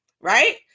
Right